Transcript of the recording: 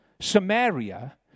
Samaria